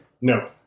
No